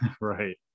Right